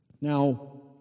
Now